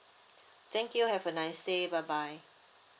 thank you have a nice day bye bye